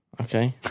Okay